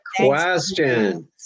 question